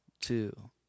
two